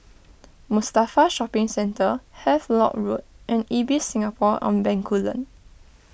Mustafa Shopping Centre Havelock Road and Ibis Singapore on Bencoolen